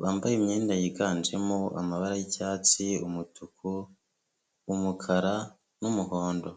bambaye imyenda yiganjemo amabara y'icyatsi, umutuku, umukara n'umuhondo.